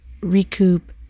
recoup